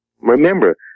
Remember